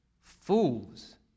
Fools